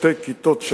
שתי כיתות,